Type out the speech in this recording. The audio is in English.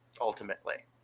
ultimately